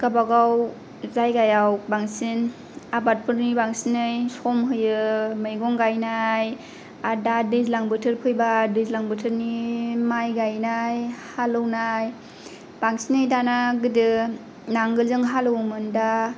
गावबागाव जायगायाव बांसिन आफादफोरनि बांसिनै सम होयो मैगं गायनाय आरो दा दैज्लां बोथोर फैब्ला दैज्लां बोथोरनि माय गायनाय हालेवनाय बांसिनै दाना गोदो नांगोलजों हालेवोमोन दा